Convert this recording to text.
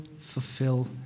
fulfill